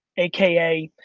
aka,